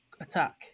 attack